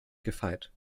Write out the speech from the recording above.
gefeit